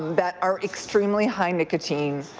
that are extremely high nicotine,